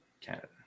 Canada